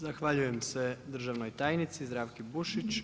Zahvaljujem se državnoj tajnici, Zdravki Bušić.